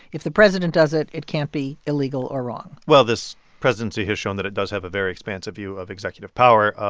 if the president does it, it can't be illegal or wrong well, this presidency has shown that it does have a very expansive view of executive power.